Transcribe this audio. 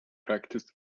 practiced